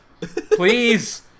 Please